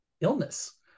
illness